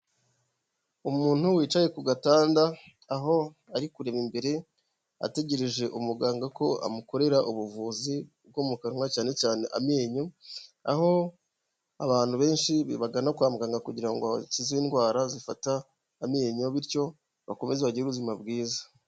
Umuntu wicaye ku gatanda, aho ari kureba imbere ategereje umuganga ko amukorera ubuvuzi bwo mu kanwa cyane cyane amenyo, aho abantu benshi bi bagana kwa muganga kugira ngo bakize indwara zifata amenyo bityo bakomeze bagire ubuzima bwiza.